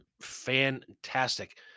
fantastic